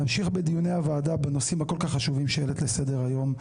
נמשיך בדיוני הוועדה בנושאים הכול כך חשובים שהעלית לסדר-היום,